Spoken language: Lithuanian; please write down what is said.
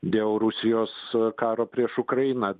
dėl rusijos karo prieš ukrainą